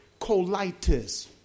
colitis